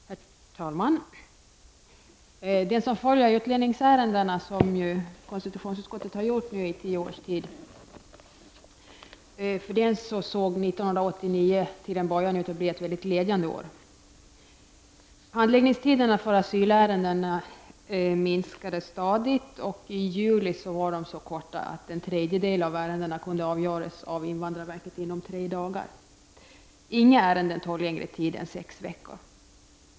Herr talman! För den som följer utlänningsärendena, vilket konstitutionsutskottet har gjort nu under tio års tid, såg 1989 till en början ut att bli ett glädjande år. Handläggningstiderna när det gäller asylärenden minskade stadigt, och i juli var de så korta att en tredjedel av ärendena kunde avgöras av invandrarverket inom tre dagar. Inget ärende tog längre tid än sex veckor.